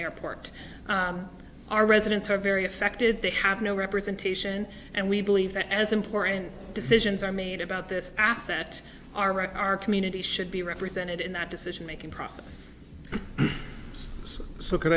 airport our residents are very affected they have no representation and we believe that as important decisions are made about this assets are our community should be represented in that decision making process so can